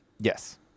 Yes